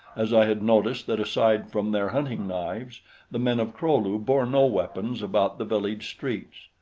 as i had noticed that aside from their hunting-knives the men of kro-lu bore no weapons about the village streets.